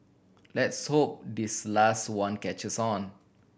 let's hope this last one catches on